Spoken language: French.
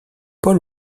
paul